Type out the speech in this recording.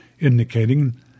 indicating